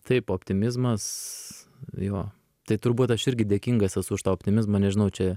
taip optimizmas jo tai turbūt aš irgi dėkingas esu už tą optimizmą nežinau čia